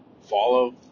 follow